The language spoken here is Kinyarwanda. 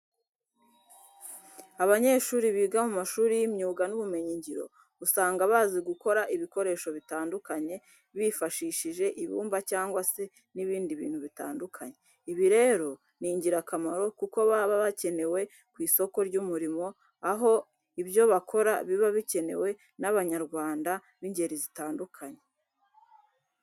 Abanyeshuri biga mu mashuri y'imyuga n'ubumenyingiro usanga bazi gukora ibikoresho bitandukanye bifashishije ibumba cyangwa se n'ibindi bintu bitandukanye. Ibi rero ni ingirakamaro kuko baba bakenewe ku isoko ry'umurimo, aho ibyo bakora biba bikenewe n'Abanyarwanda b'ingeri zitandukanye.